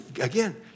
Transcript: Again